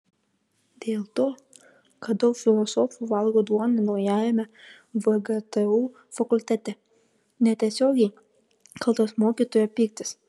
dėl to kad daug filosofų valgo duoną naujajame vgtu fakultete netiesiogiai kaltas mokytojo pyktis